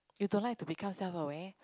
you don't like to become self aware